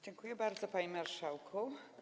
Dziękuję bardzo, panie marszałku.